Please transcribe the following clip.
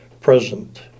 present